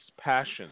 passion